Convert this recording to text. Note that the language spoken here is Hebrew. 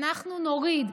אנחנו נוריד.